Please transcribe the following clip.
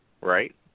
Right